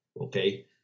Okay